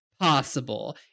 possible